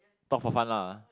talk for fun lah